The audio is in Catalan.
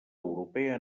europea